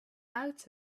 out